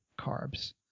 carbs